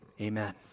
Amen